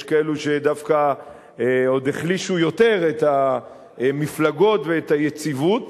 יש כאלה שדווקא החלישו עוד יותר את המפלגות ואת היציבות.